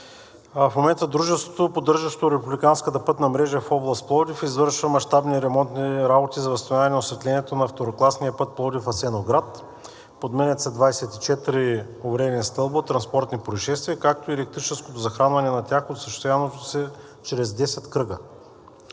в момента дружеството, поддържащо републиканската пътна мрежа в област Пловдив, извършва мащабни ремонтни работи за възстановяване на осветлението на второкласния път Пловдив – Асеновград. Подменят се 24 увредени стълба от транспортни произшествия, както и електрическото захранване за тях, осъществяващо се чрез десет кръга.